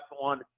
one